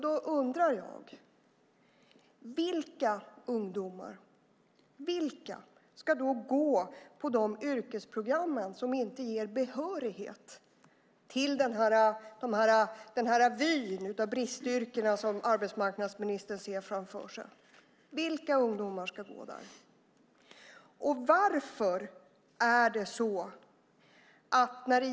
Då undrar jag: Vilka ungdomar ska gå på de yrkesprogram som inte ger behörighet till de bristyrken som arbetsmarknadsministern ser framför sig? Vilka ungdomar ska gå där?